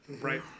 Right